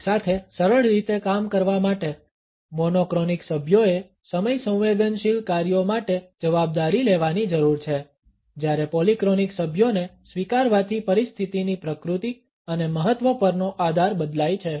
એકસાથે સરળ રીતે કામ કરવા માટે મોનોક્રોનિક સભ્યોએ સમય સંવેદનશીલ કાર્યો માટે જવાબદારી લેવાની જરૂર છે જ્યારે પોલિક્રોનિક સભ્યોને સ્વીકારવાથી પરિસ્થિતિની પ્રકૃતિ અને મહત્વ પરનો આધાર બદલાય છે